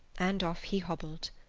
and off he hobbled.